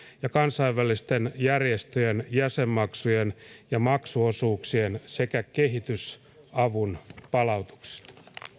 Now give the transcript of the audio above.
ja kansainvälisten järjestöjen jäsenmaksujen ja maksuosuuksien sekä kehitysavun palautuksista